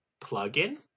plugin